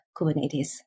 Kubernetes